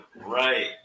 right